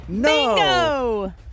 Bingo